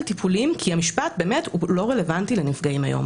טיפולים המשפט לא רלוונטי לנפגעים היום